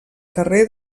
carrer